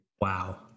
Wow